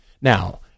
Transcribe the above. now